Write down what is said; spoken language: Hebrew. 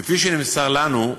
כפי שנמסר לנו,